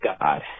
God